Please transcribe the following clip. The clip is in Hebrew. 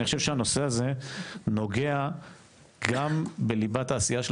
אני חושב שהנושא הזה נוגע גם בליבת העשייה של